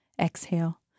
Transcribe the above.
Exhale